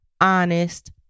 honest